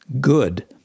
good